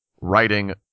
writing